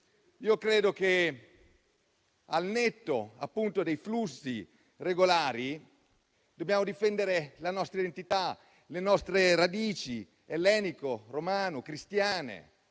difendere. Al netto dei flussi regolari, dobbiamo difendere la nostra identità, le nostre radici ellenico-romano-cristiane